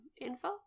info